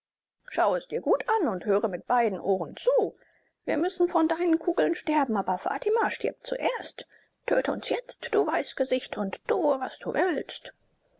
schau es dir gut an und höre mit beiden ohren zu wir müssen von deinen kugeln sterben aber fatima stirbt zuerst töte uns jetzt du weißgesicht und tue was du willst